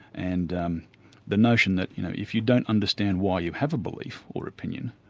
and um the notion that you know if you don't understand why you have a belief or opinion,